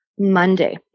Monday